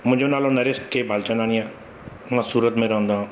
मुंहिंजो नालो नरेश के बालचंदाणी आहे मां सूरत में रहंदो हां